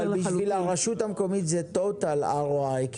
אבל בשביל הרשות המקומית זה טוטאל ROI,